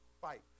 fight